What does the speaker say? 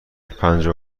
پنجاه